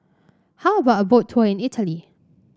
how about a Boat Tour in Italy